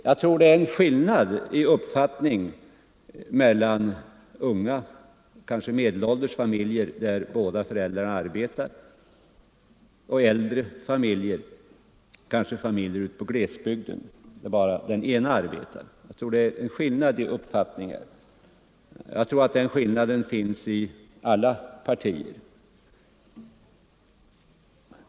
Jag tror att det är en skillnad i uppfattning mellan å ena sidan unga och kanske medelålders familjer, där båda föräldrarna arbetar, och å andra sidan äldre familjer — kanske ute i glesbygden — där bara den ena maken arbetar. Jag tror att den skiljelinjen går igenom alla partier.